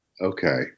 Okay